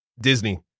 Disney